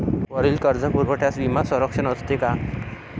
वरील कर्जपुरवठ्यास विमा संरक्षण असते का?